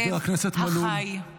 הן צריכות לשמוע את זה?